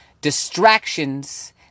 distractions